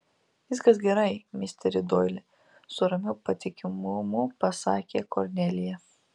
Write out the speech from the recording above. viskas gerai misteri doili su ramiu patikimumu pasakė kornelija